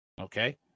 Okay